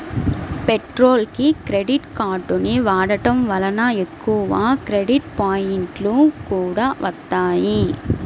పెట్రోల్కి క్రెడిట్ కార్డుని వాడటం వలన ఎక్కువ క్రెడిట్ పాయింట్లు కూడా వత్తాయి